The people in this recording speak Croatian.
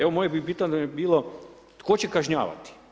Evo moje bi pitanje bilo tko će kažnjavati?